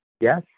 Yes